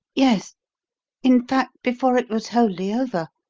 yes in fact, before it was wholly over.